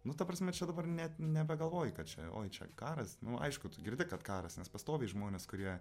nu ta prasme čia dabar net nebegalvoji kad čia oi čia karas nu aišku tu girdi kad karas nes pastoviai žmonės kurie